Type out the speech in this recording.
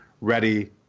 ready